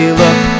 look